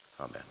Amen